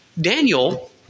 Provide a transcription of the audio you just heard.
Daniel